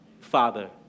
Father